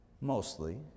Mostly